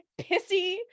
pissy